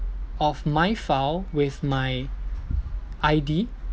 of my file with my I_D